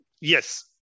Yes